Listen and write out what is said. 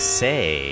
say